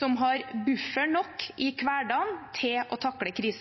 som har buffer nok i